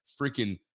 freaking